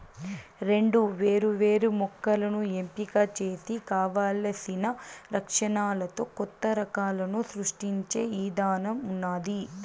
రెండు వేరు వేరు మొక్కలను ఎంపిక చేసి కావలసిన లక్షణాలతో కొత్త రకాలను సృష్టించే ఇధానం ఉన్నాది